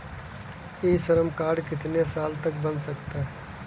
ई Shram card कितने साल तक बन सकता है?